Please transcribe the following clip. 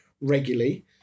regularly